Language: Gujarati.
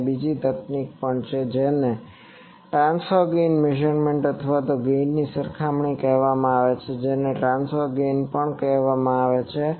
ત્યાં બીજી તકનીક પણ છે જેને ટ્રાન્સફર ગેઇન મેઝરમેન્ટ અથવા ગેઇન સરખામણી કહેવામાં આવે છે જેને ટ્રાન્સફર ગેઇન પણ કહેવામાં આવે છે